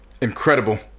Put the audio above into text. Incredible